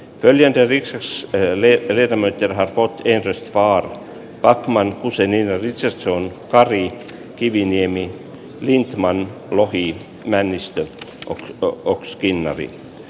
kylien erik ström ei välitä miten hän voi tietysti vaara akman kun seinien lävitse se on kari kiviniemi eli maan lohi männistöt o o skinnari